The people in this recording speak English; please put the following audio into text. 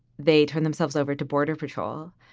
they turn themselves over to border patrol.